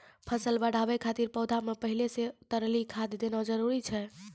फसल बढ़ाबै खातिर पौधा मे पहिले से तरली खाद देना जरूरी छै?